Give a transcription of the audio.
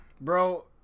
Bro